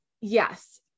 Yes